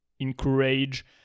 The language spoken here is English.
encourage